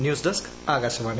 news desk Akashvani